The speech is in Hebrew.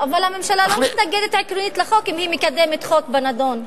אבל הממשלה לא מתנגדת עקרונית לחוק אם היא מקבלת חוק בנדון.